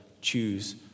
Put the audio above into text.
Choose